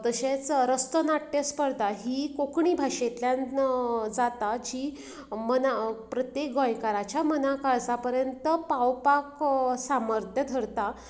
तशेंच रस्तो नाट्य स्पर्धा ही कोंकणी भाशेंतल्यान जाता जी म्हना प्रत्येक गोंयकाराच्या मना काळजा पर्यंत पावपाक सामर्थ्य थरता